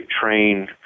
train